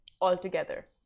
altogether